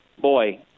boy